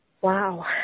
Wow